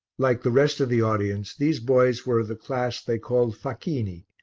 like the rest of the audience, these boys were of the class they call facchini,